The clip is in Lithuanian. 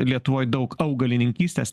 lietuvoj daug augalininkystės